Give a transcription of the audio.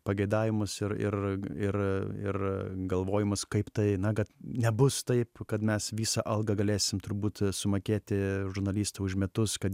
pageidavimus ir ir ir ir galvojimas kaip tai na kad nebus taip kad mes visą algą galėsim turbūt sumokėti žurnalistui už metus kad